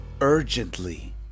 urgently